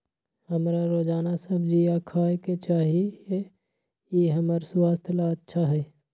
हमरा रोजाना सब्जिया खाय के चाहिए ई हमर स्वास्थ्य ला अच्छा हई